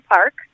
Park